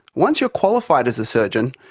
once you are qualified as a surgeon,